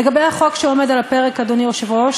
לגבי החוק שעומד על הפרק, אדוני היושב-ראש,